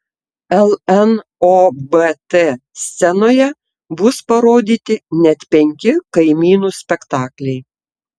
lnobt scenoje bus parodyti net penki kaimynų spektakliai